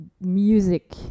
Music